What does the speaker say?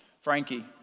Frankie